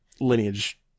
lineage